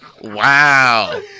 Wow